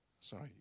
Sorry